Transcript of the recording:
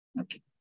Okay